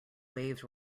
waves